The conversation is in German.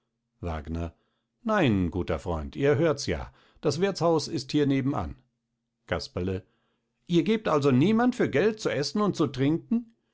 wagner nein guter freund ihr hörts ja das wirthshaus ist hier neben an casperle ihr gebt also niemand für geld zu eßen und zu trinken